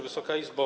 Wysoka Izbo!